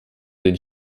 den